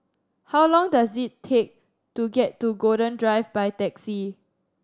how long does it take to get to Golden Drive by taxi